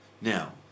Now